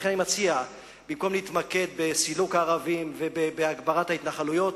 לכן אני מציע שבמקום להתמקד בסילוק הערבים ובהגברת ההתנחלויות,